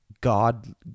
God